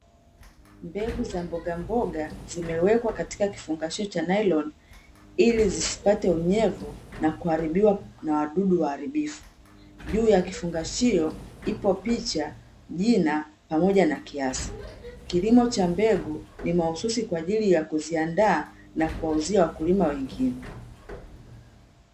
Mbegu za mbogamboga zimewekwa katika kifungashio cha nailoni ili zisipate unyevu na kuharibiwa na wadudu waharibifu. Juu ya kifungashio ipo picha, jina pamoja na kiasi. Kilimo cha mbegu ni mahususi kwa ajili ya kuziandaa na kuwauzia wakulima wengine.